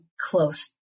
close